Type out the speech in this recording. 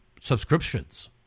subscriptions